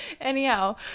Anyhow